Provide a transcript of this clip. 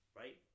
right